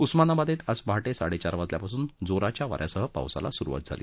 उस्मानाबादेत आज पहाटे साडे चार वाजल्यापासून जोराच्या वाऱ्यासह पावसाला सुरवात झाली